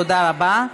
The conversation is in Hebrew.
תודה רבה.